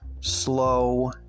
Slow